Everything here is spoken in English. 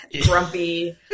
grumpy